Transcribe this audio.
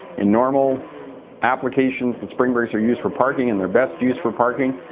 in normal applications, the spring brakes are used for parking and they're best used for parking.